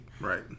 Right